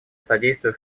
содействия